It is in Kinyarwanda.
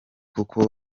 kuko